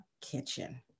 kitchen